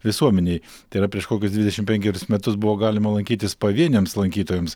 visuomenei tai yra prieš kokius dvidešim penkerius metus buvo galima lankytis pavieniams lankytojams